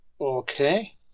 Okay